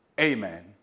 amen